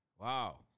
Wow